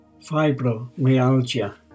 fibromyalgia